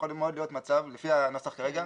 יכול מאוד להיות מצב לפי הנוסח כרגע